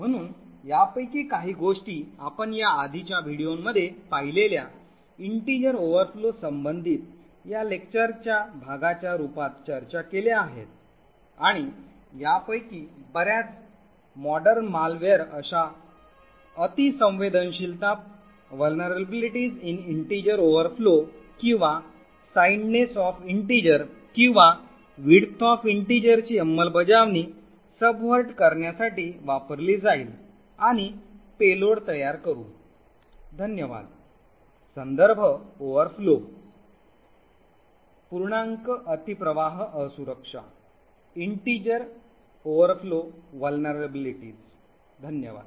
म्हणून यापैकी काही गोष्टी आपण या आधीच्या व्हिडिओंमध्ये पाहिलेल्या पूर्णांक ओव्हरफ्लोशी संबंधित या लेक्चरच्या भागाच्या रूपात चर्चा केल्या आहेत आणि यापैकी बर्याच आधुनिक मालवेअरमध्ये अशा अतिसंवेदनशीलता पूर्णांक ओव्हरफ्लो किंवा पूर्णतेची सही किंवा पूर्णांकाची रुंदी ची अंमलबजावणी subvert करण्यासाठी वापरली जाईल आणि पेलोड तयार करू धन्यवाद